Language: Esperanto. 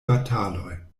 bataloj